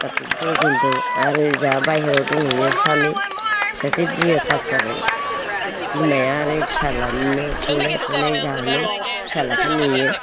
गासै दस जोन दं आरो जोंहा बाइहेरायाव दंहैयो सानै सासे बि ए पास जाबाय बिमाया आरो फिसाज्लानो संनाय खावनाय जाहोनाय फिसाज्लाखौ नेयो